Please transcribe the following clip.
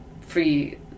free